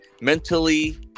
mentally